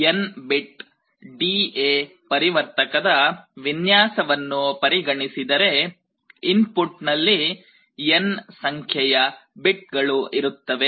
n bit DA ಪರಿವರ್ತಕದDA converter ವಿನ್ಯಾಸವನ್ನು ಪರಿಗಣಿಸಿದರೆ ಇನ್ಪುಟ್ ನಲ್ಲಿ n ಸಂಖ್ಯೆಯ ಬಿಟ್ ಗಳು ಇರುತ್ತವೆ